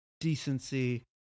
decency